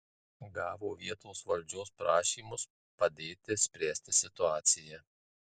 gavo vietos valdžios prašymus padėti spręsti situaciją